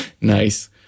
nice